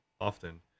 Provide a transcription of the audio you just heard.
often